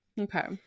okay